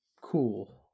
Cool